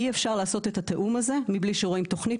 אי אפשר לעשות את התיאום הזה מבלי שרואים תוכנית,